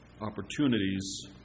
Opportunities